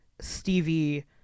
Stevie